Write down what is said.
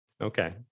Okay